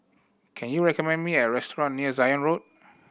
can you recommend me a restaurant near Zion Road